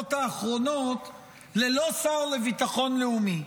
היממות האחרונות ללא שר לביטחון לאומי,